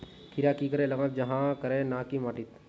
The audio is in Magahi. खीरा की करे लगाम जाहाँ करे ना की माटी त?